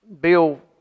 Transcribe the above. Bill